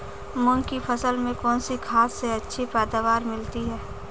मूंग की फसल में कौनसी खाद से अच्छी पैदावार मिलती है?